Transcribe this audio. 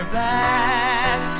back